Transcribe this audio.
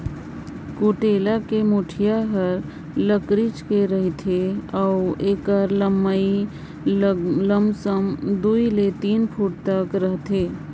कुटेला कर मुठिया हर लकरिच कर रहथे अउ एकर लम्मई लमसम दुई ले तीन फुट तक रहथे